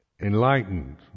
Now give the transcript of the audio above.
Enlightened